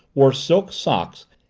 wore silk socks,